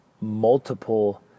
multiple